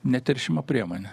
neteršimo priemone